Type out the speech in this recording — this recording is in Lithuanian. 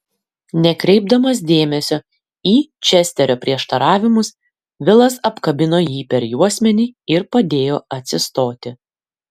nekreipdamas dėmesio į česterio prieštaravimus vilas apkabino jį per juosmenį ir padėjo atsistoti